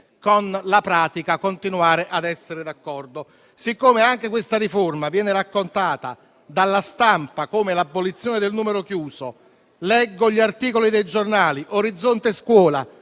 nella pratica continuare ad essere d'accordo. Anche questa riforma viene raccontata dalla stampa come l'abolizione del numero chiuso. Leggo gli articoli dei giornali: «Orizzontescuola»